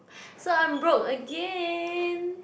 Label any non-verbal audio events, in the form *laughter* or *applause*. *breath* so I'm broke again